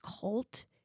cult